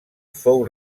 fou